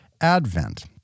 Advent